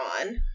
on